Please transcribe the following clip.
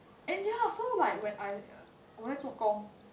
and ya so like when I 我在做工